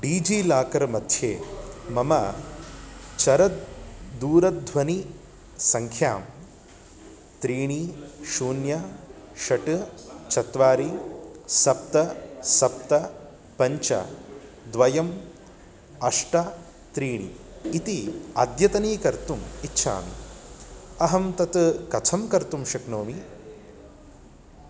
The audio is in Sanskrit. डीजीलाकर् मध्ये मम चरणं दूरध्वनिसङ्ख्यां त्रीणि शून्यं षट् चत्वारि सप्त सप्त पञ्च द्वयम् अष्ट त्रीणि इति अद्यतनीकर्तुम् इच्छामि अहं तत् कथं कर्तुं शक्नोमि